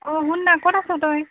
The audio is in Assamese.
অ শুননা ক'ত আছ তই